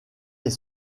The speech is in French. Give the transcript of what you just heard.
est